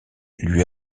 lui